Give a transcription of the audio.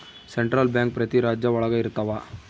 central bank ಪ್ರತಿ ರಾಜ್ಯ ಒಳಗ ಇರ್ತವ